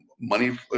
money